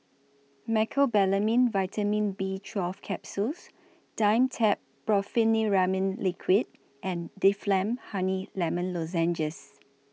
Mecobalamin Vitamin B twelve Capsules Dimetapp Brompheniramine Liquid and Difflam Honey Lemon Lozenges